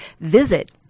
Visit